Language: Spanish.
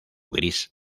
gris